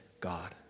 God